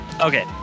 Okay